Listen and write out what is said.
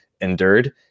endured